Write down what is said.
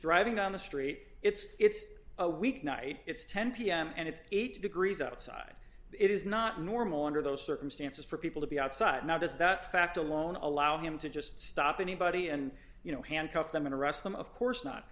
driving down the street it's it's a weeknight it's ten pm and it's eighty degrees outside it is not normal under those circumstances for people to be outside now does that fact alone allow him to just stop anybody and you know handcuff them and arrest them of course not